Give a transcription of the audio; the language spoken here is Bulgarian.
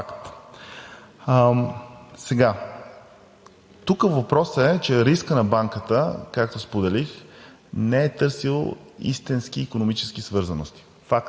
Тук въпросът е, че рискът на банката, както споделих, не е търсил истински икономически свързаности.